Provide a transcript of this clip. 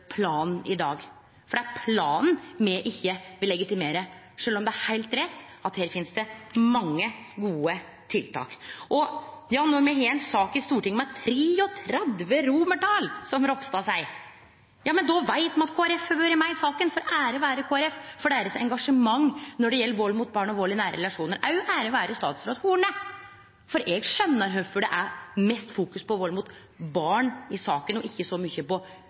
planen i dag. For det er planen me ikkje vil legitimere, sjølv om det er heilt rett at her finst det mange gode tiltak. Når me har ein sak i Stortinget med 33 romartal, som Ropstad seier, då veit me at Kristeleg Folkeparti har vore med i saka, for ære vere Kristeleg Folkeparti for deira engasjement når det gjeld vald mot barn og vald i nære relasjonar. Òg ære vere statsråd Horne, for eg skjønar kvifor det er mest fokus på vald mot barn i saka og ikkje så mykje på